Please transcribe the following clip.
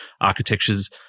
architectures